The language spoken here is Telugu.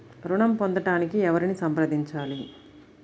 ఋణం పొందటానికి ఎవరిని సంప్రదించాలి?